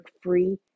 free